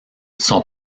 son